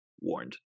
warned